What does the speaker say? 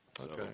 Okay